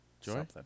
Joy